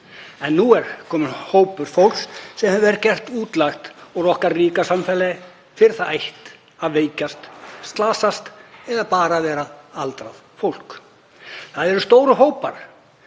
En nú er kominn hópur fólks sem gert hefur verið útlægt úr okkar ríka samfélagi fyrir það eitt að veikjast, slasast eða bara fyrir vera aldrað fólk. Það eru stórir hópar